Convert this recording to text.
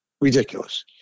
Ridiculous